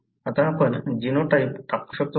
आता आपण जीनोटाइप टाकू शकतो का